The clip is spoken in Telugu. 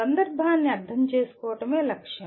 సందర్భాన్ని అర్థం చేసుకోవడమే లక్ష్యం